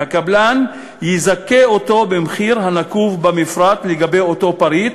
והקבלן יזכה אותו במחיר הנקוב במפרט לגבי אותו פריט,